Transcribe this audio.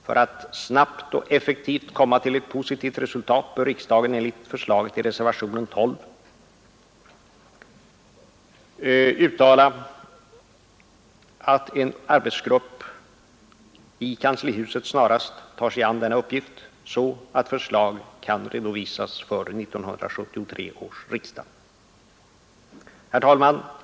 För att snabbt och effektivt komma till ett positivt resultat bör riksdagen enligt förslaget i reservationen 12 uttala, att en arbetsgrupp i kanslihuset snarast tar sig an denna uppgift så att förslag kan redovisas för 1973 års riksdag. Herr talman!